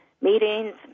meetings